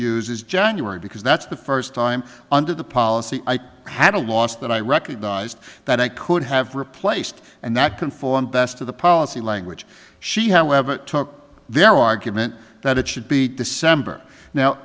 use is january because that's the first time under the policy i had a loss that i recognized that i could have replaced and that conformed best of the policy language she however took their argument that it should be december now